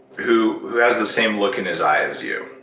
who who has the same look in his eye as you.